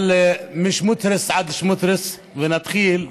אבל מסמוטריץ עד סמוטריץ, ונתחיל מהסוף,